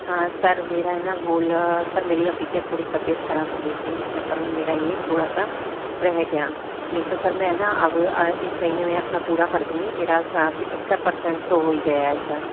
हाँ सर मेरा ना गोल सर मेरी अभी क्या थोड़ी तबियत खराब हो गई थी इस चक्कर मेरा ये थोड़ा सा रह गया नहीं तो सर मैं ना अब इस महीने में अपना पूरा कर दूँगी मेरा सा पचहत्तर पर्सेन्ट तो हो ही गया है सर